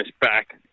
back